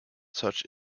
such